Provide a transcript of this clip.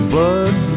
Blood